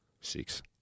Six